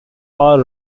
far